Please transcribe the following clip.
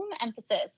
emphasis